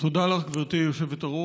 תודה לך, גברתי היושבת-ראש.